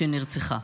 שנרצחה.